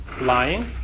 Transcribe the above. lying